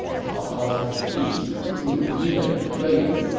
cao cao's prestige grew even greater